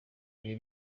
ibi